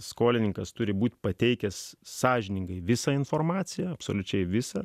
skolininkas turi būti pateikęs sąžiningai visą informaciją absoliučiai visą